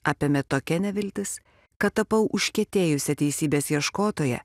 apėmė tokia neviltis kad tapau užkietėjusia teisybės ieškotoja